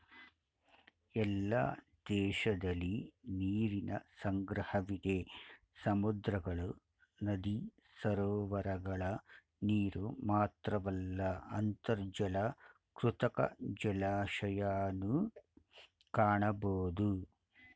ಎಲ್ಲ ದೇಶದಲಿ ನೀರಿನ ಸಂಗ್ರಹವಿದೆ ಸಮುದ್ರಗಳು ನದಿ ಸರೋವರಗಳ ನೀರುಮಾತ್ರವಲ್ಲ ಅಂತರ್ಜಲ ಕೃತಕ ಜಲಾಶಯನೂ ಕಾಣಬೋದು